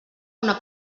una